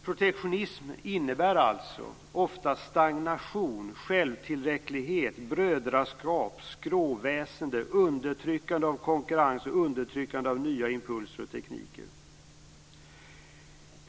Protektionism innebär alltså ofta stagnation, självtillräcklighet, brödraskap, skråväsende, undertryckande av konkurrens och av nya impulser och tekniker.